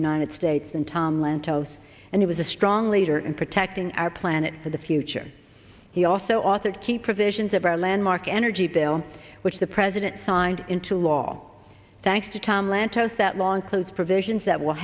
united states than tom lantos and he was a strong leader in protecting our planet for the future he also authored key provisions of our landmark energy bill which the president signed into law thanks to tom lantos that long clothes provisions that will